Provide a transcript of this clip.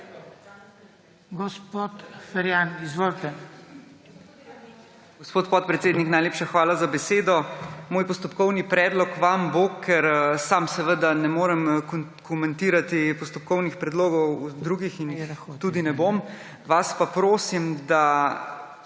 Gospod Ferjan, izvolite.